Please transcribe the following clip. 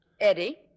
Eddie